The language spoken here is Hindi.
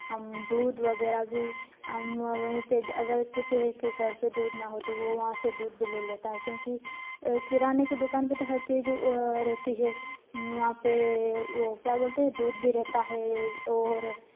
हम दूध वगैरह भी हम वहीं से अगर किसी एक के घर पर दूध न हो तो वो वहाँ से दूध भी ले लेता है क्योंकि किराने की दुकान पर तो हर चीज़ रहती है वहाँ पर वह क्या बोलते हैं दूध भी रहता है और